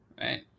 right